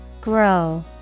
Grow